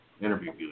Interview